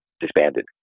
disbanded